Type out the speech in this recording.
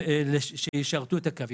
שהקווים ישרתו אותם.